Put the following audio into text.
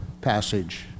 passage